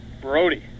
Brody